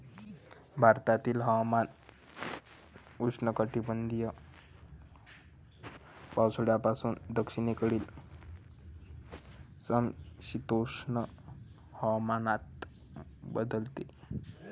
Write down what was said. भारतातील हवामान उष्णकटिबंधीय पावसाळ्यापासून दक्षिणेकडील समशीतोष्ण हवामानात बदलते